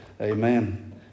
Amen